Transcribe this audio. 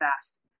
fast